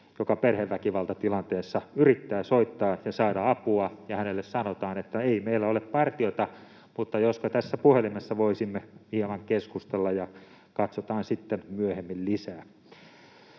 joka perheväkivaltatilanteessa yrittää soittaa ja saada apua, kun hänelle sanotaan, että ei meillä ole partiota mutta jospa tässä puhelimessa voisimme hieman keskustella ja katsotaan sitten myöhemmin lisää?